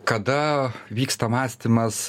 kada vyksta mąstymas